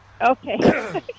Okay